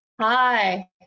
hi